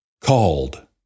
Called